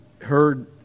heard